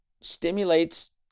stimulates